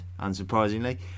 unsurprisingly